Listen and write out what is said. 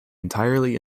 entirely